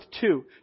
two